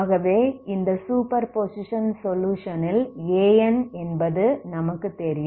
ஆகவே இந்த superposition solution ல் An என்பது நமக்கு தெரியும்